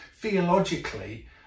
theologically